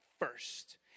first